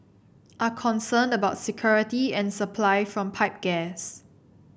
are concerned about security and supply from pipe gas